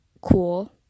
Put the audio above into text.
cool